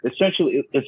essentially